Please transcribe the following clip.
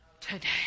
today